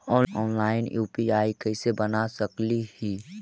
Online UPI कैसे बना सकली ही?